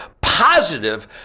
positive